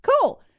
Cool